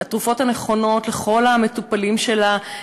התרופות הנכונות לכל המטופלים שלה,